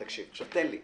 תן לי.